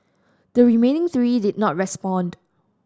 the remaining three did not respond